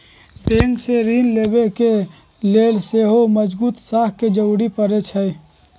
bank से ऋण लेबे के लेल सेहो मजगुत साख के जरूरी परै छइ